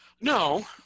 No